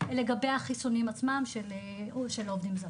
לגבי החיסונים עצמם של עובדים זרים.